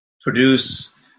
produce